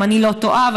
אם אני לא טועה,